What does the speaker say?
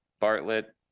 Bartlett